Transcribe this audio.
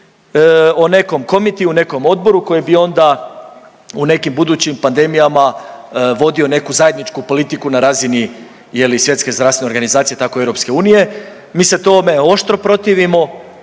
o nekom komitiju u nekom odboru koji bi onda u nekim budućim pandemijama vodio neku zajedničku politiku na razini je li Svjetske zdravstvene organizacije, tako i EU. Mi se tome oštro protivimo,